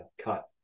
cut